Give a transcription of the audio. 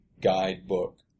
guidebook